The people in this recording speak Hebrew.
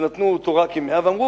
שנתנו אותו 100% רק אמרו: